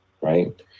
right